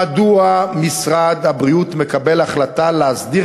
מדוע משרד הבריאות מקבל החלטה להסדיר